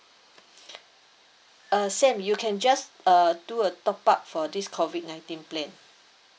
uh same you can just uh do a top up for this COVID nineteen plan